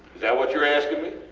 that what youre asking me?